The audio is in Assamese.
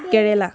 কেৰেলা